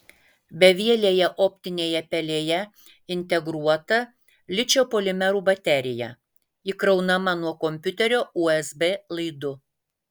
bevielėje optinėje pelėje integruota ličio polimerų baterija įkraunama nuo kompiuterio usb laidu